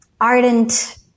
ardent